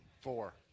four